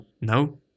no